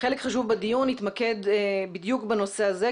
חלק חשוב בדיון יתמקד בדיוק בנושא הזה,